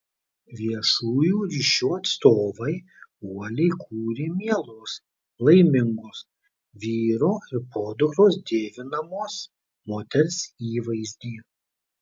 viešųjų ryšių atstovai uoliai kūrė mielos laimingos vyro ir podukros dievinamos moters įvaizdį